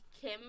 Kim